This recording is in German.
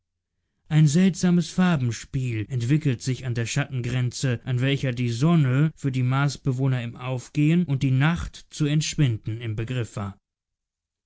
ein seltsames farbenspiel entwickelte sich an der schattengrenze an welcher die sonne für die marsbewohner im aufgehen und die nacht zu entschwinden im begriff war